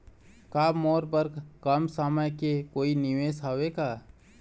का मोर बर कम समय के कोई निवेश हावे का?